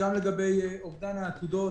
גם לגבי אובדן העתודות,